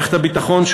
מערכת הביטחון,